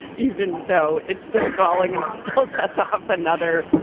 even though it's still galling and it still sets off another lie.